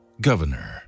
Governor